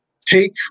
take